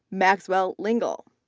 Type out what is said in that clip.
maxwell lingle,